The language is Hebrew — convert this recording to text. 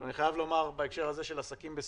אני חייב לומר בהקשר הזה של עסקים בסיכון,